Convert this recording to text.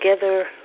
together